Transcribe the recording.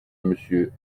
monsieur